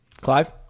Clive